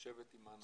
לשבת עם האנשים.